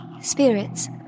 spirits